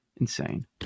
Insane